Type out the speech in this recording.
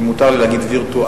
אם מותר לי להגיד וירטואלית,